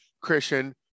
christian